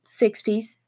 six-piece